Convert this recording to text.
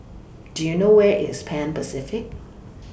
Do YOU know Where IS Pan Pacific